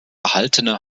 erhaltene